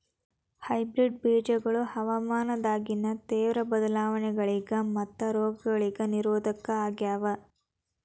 hybrid ಬೇಜಗೊಳ ಹವಾಮಾನದಾಗಿನ ತೇವ್ರ ಬದಲಾವಣೆಗಳಿಗ ಮತ್ತು ರೋಗಗಳಿಗ ನಿರೋಧಕ ಆಗ್ಯಾವ